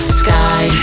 sky